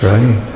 Right